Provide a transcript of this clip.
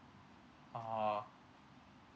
oh